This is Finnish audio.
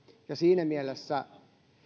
siinä mielessä